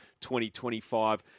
2025